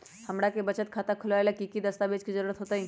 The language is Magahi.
हमरा के बचत खाता खोलबाबे ला की की दस्तावेज के जरूरत होतई?